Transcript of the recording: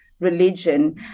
religion